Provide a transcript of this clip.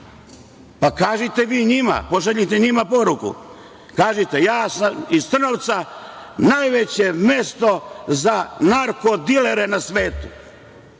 Pa kažite vi njima, pošaljite njima poruku, kažite – ja sam iz Trnovca, najveće mesto za narko-dilere na svetu.